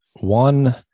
one